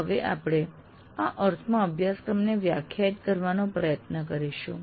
હવે આપણે આ અર્થમાં અભ્યાસક્રમને વ્યાખ્યાયિત કરવાનો પ્રયત્ન કરીશું